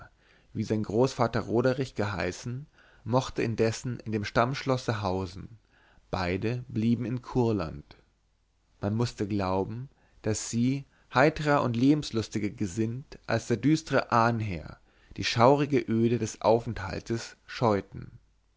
wie sein großvater roderich geheißen mochte indessen in dem stammschlosse hausen beide blieben in kurland man mußte glauben daß sie heitrer und lebenslustiger gesinnt als der düstre ahnherr die schaurige öde des aufenthaltes scheuten